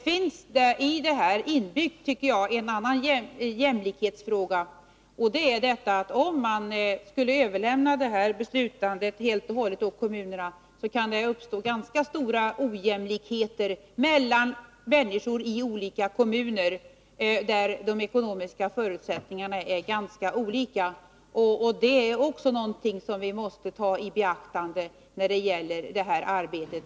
Här är, enligt min mening, en annan jämlikhetsfråga inbyggd, ty skulle man helt och hållet överlämna beslutanderätten till kommunerna, kunde det uppstå ganska stora skillnader för människor i olika kommuner med tanke på att kommunernas ekonomiska förutsättningar är ganska olika. Detta är också någonting som måste beaktas när det gäller de här problemen.